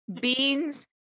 beans